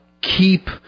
keep